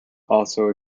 also